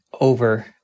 over